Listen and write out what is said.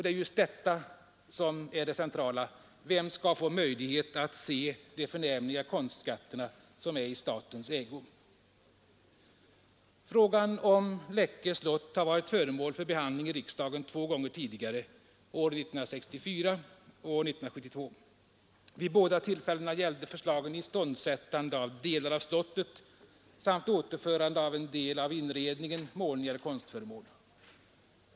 Det är just detta som är det centrala:Vem skall få möjlighet att se de förnämliga konstskatter som är i statens ägo? Frågan om Läckö slott har varit föremål för behandling i riksdagen två gånger tidigare, år 1964 och år 1972. Vid båda tillfällena gällde förslagen iståndsättande av delar av slottet samt återförande av en del av inredningen, målningar och konstföremål.